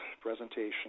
presentation